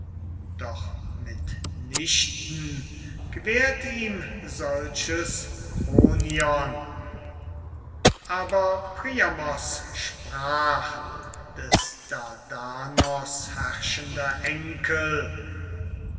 doch mit nichten gewährt ihm solches kronion aber priamos sprach des dardanos herrschender enkel